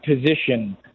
position